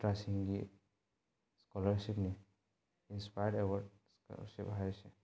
ꯁꯥꯇ꯭ꯔꯁꯤꯡꯒꯤ ꯁ꯭ꯀꯣꯂꯔꯁꯤꯞꯅꯤ inspire award scholarship ꯍꯥꯏꯔꯤꯁꯦ